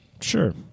Sure